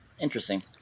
Interesting